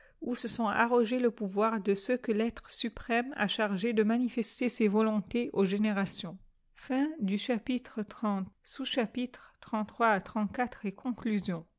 ou se sont arrogé le pouvoir de ceux que l'être supème a diargés de manifester ses volontés aux générations